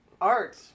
art